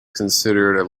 considered